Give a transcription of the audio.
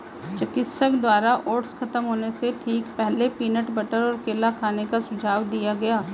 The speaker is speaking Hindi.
चिकित्सक द्वारा ओट्स खत्म होने से ठीक पहले, पीनट बटर और केला खाने का सुझाव दिया गया